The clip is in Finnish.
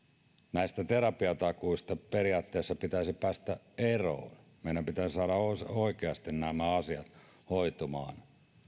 näistä terapiatakuista periaatteessa pitäisi päästä eroon meidän pitäisi saada oikeasti nämä asiat hoitumaan